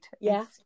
Yes